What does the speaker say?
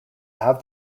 have